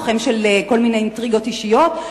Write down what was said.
לוחם בשם כל מיני אינטריגות אישיות?